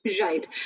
Right